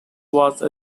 was